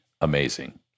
amazing